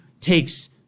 takes